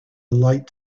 light